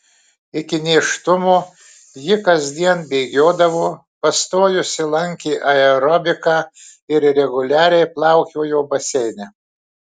iki nėštumo ji kasdien bėgiodavo pastojusi lankė aerobiką ir reguliariai plaukiojo baseine